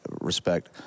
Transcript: respect